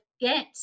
get